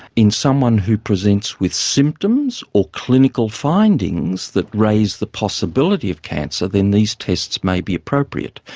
in someone who presents with symptoms or clinical findings that raise the possibility of cancer, then these tests may be appropriate,